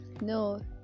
No